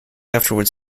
afterwards